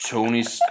Tony's